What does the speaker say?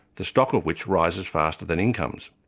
the stock of which rises faster than incomes.